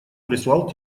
прислал